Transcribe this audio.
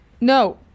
No